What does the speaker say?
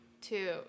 two